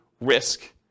risk